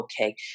okay